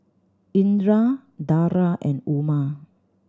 Indra Dara and Umar